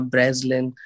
Breslin